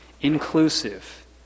inclusive